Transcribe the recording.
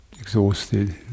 exhausted